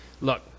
Look